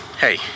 hey